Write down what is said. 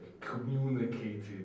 communicated